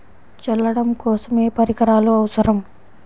చల్లడం కోసం ఏ పరికరాలు అవసరం?